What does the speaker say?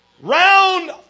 Round